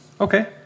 Okay